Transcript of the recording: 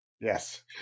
Yes